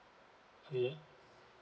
uh ya